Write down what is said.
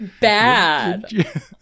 bad